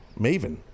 Maven